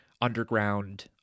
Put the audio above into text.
underground